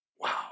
Wow